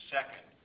Second